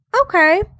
Okay